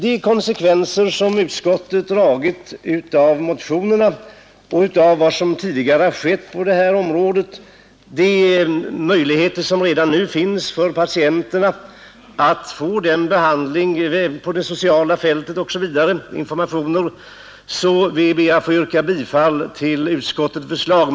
De konsekvenser som utskottet dragit av motionerna och av vad som tidigare har skett på detta område är att det redan nu finns möjligheter för patienterna att få den hjälp och de informationer på det sociala fältet som de har rätt till. Jag ber därför att få yrka bifall till utskottets förslag.